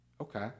Okay